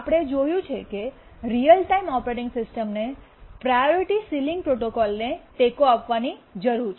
આપણે જોયું છે કે રીઅલ ટાઇમ ઓપરેટિંગ સિસ્ટમને પ્રાયોરિટી સીલીંગ પ્રોટોકોલને ટેકો આપવાની જરૂર છે